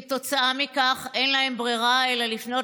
כתוצאה מכך אין להם ברירה אלא לפנות